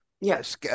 Yes